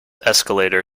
escalator